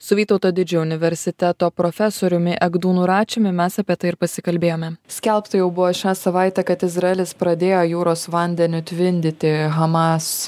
su vytauto didžiojo universiteto profesoriumi egdūnu račiumi mes apie tai ir pasikalbėjome skelbta jau buvo šią savaitę kad izraelis pradėjo jūros vandeniu tvindyti hamas